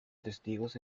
testigos